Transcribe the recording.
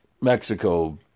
Mexico